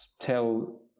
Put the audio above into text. tell